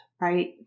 right